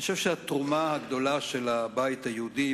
אני חושב שהתרומה הגדולה של הבית היהודי,